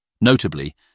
Notably